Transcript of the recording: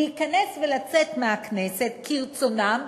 להיכנס ולצאת מהכנסת כרצונם,